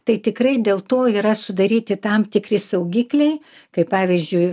tai tikrai dėl to yra sudaryti tam tikri saugikliai kai pavyzdžiui